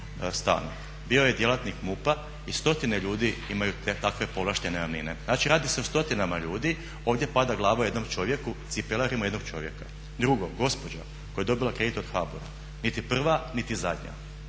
bio je djelatnik MUP-a i stotine ljudi imaju takve povlaštene najamnine, znači radi se o stotinama ljudi. Ovdje pada glava jednom čovjeku, cipelarimo jednog čovjeka. Drugo, gospođa koja je dobila kredit od HBOR-a niti je prva niti zadnja.